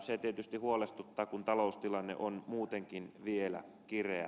se tietysti huolestuttaa kun taloustilanne on muutenkin vielä kireä